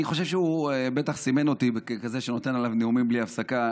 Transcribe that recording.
אני חושב שהוא בטח סימן אותי ככזה שנותן עליו נאומים בלי הפסקה.